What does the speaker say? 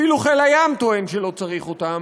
אפילו חיל הים טוען שלא צריך אותן,